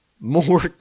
more